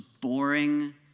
boring